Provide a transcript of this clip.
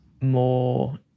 more